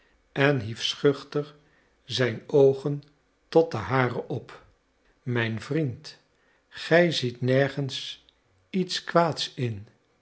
en hief schuchter zijn oogen tot de hare op mijn vriend gij ziet nergens iets kwaads in